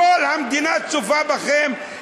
כל המדינה צופה בכם,